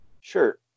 Sure